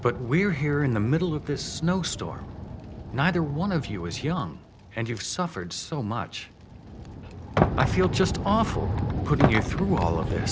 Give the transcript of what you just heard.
but we're here in the middle of this snowstorm neither one of you is young and you've suffered so much i feel just awful put you through all of th